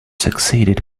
succeeded